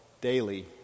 daily